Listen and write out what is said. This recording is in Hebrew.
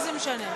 נתקבל.